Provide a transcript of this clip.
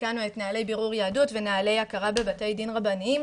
תיקנו את נהלי בירור היהדות ונהלי הכרה בבתי דין הרבניים.